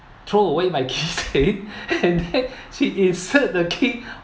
throw away my key chain and then she insert the key